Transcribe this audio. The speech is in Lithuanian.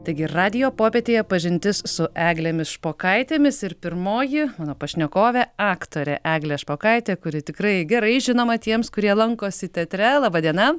taigi radijo popietėje pažintis su eglėmis špokaitėmis ir pirmoji mano pašnekovė aktorė eglė špokaitė kuri tikrai gerai žinoma tiems kurie lankosi teatre laba diena